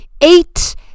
eight